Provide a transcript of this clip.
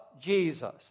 Jesus